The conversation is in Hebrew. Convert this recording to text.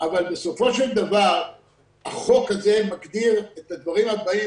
אבל בסופו של דבר החוק הזה מגדיר את הדברים הבאים,